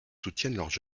soutiennent